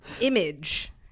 image